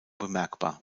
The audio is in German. bemerkbar